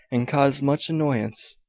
and caused much annoyance.